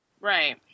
Right